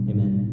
Amen